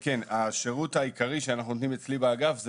השירות העיקרי שאנחנו נותנים אצלי באגף זה